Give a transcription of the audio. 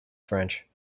french